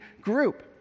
group